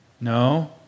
no